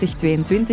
2022